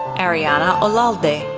ariana olalde,